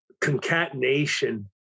concatenation